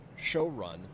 showrun